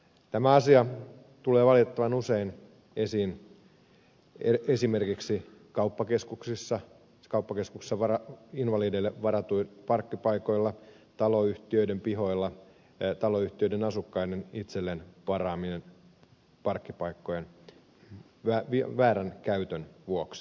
tämä asia tulee valitettavan usein esiin esimerkiksi kauppakeskuksissa invalideille varatuilla parkkipaikoilla taloyhtiöiden pihoilla taloyhtiöiden asukkaiden itselleen varaamien parkkipaikkojen väärän käytön vuoksi